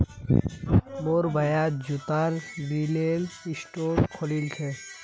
मोर भाया जूतार रिटेल स्टोर खोलील छ